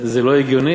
זה לא הגיוני,